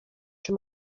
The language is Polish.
czy